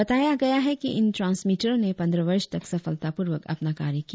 बताया गया है कि इन ट्रांसमीटरों ने पंद्रह वर्ष तक सफलतापूर्वक अपना कार्य किया